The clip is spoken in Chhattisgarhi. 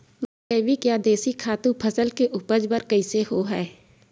जैविक या देशी खातु फसल के उपज बर कइसे होहय?